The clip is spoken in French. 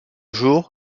jour